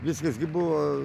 viskas gi buvo